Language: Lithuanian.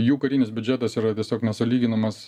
jų karinis biudžetas yra tiesiog nesulyginamas